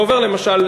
ועובר למשל,